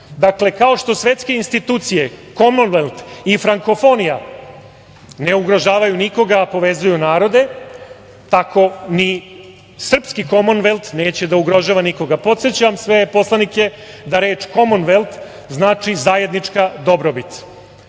druge. Dakle, kao što svetske institucije Komonvelt i Frankofonija ne ugrožavaju nikoga, a povezuje narode, tako mi srpski Komonvelt neće da ugrožava nikoga. Podsećam sve poslanike da reč Komonvelt znači zajednička dobrobit.